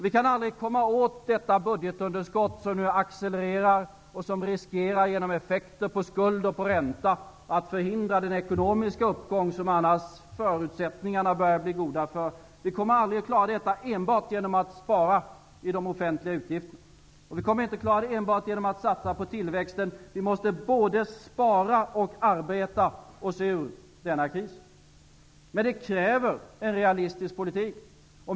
Vi kan aldrig komma åt det budetunderskott som nu accelerar, och som genom effekter på skuld och på ränta riskerar att förhindra den ekonomiska uppgång som annars förutsättningarna börjar bli goda för, enbart genom att spara i de offentliga utgifterna. Vi kommer inte att klara det enbart genom att satsa på tillväxten. Vi måste både spara och arbeta oss ur denna kris. Men det kräver en realistisk politik.